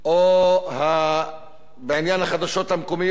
ובעניין החדשות המקומיות